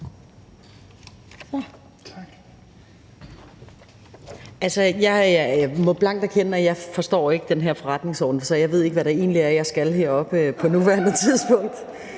Jeg må blankt erkende, at jeg ikke forstår den her forretningsorden, så jeg ved ikke, hvad det egentlig er, jeg skal heroppe på nuværende tidspunkt.